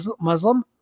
Muslim